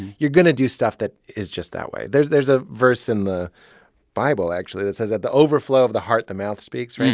you're going to do stuff that is just that way. there's there's a verse in the bible, actually, that says that the overflow of the heart, the mouth speaks, right?